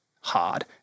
hard